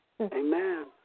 Amen